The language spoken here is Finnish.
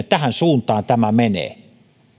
tähän suuntaan tämä menee